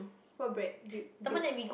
what bread dude dude